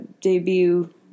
debut